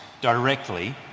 directly